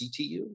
CTU